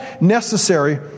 necessary